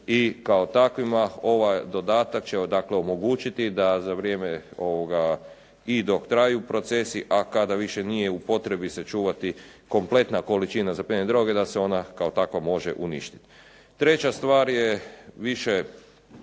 i kao takvima ovaj dodatak će dakle omogućiti da za vrijeme i dok traju procesi, a kada više nije u potrebi sačuvati kompletna količina zaplijenjene droge da se ona kao takva može uništiti. Treća stvar je više